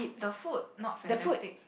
the food not fantastic